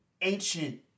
Ancient